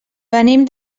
venim